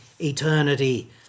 eternity